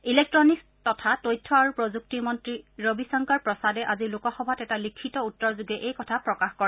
electronics তথা তথ্য আৰু প্ৰযুক্তি মন্ত্ৰী ৰবিশংকৰ প্ৰসাদে আজি লোকসভাত এটা লিখিত উত্তৰযোগে এই কথা প্ৰকাশ কৰে